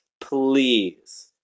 please